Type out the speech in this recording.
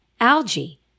Algae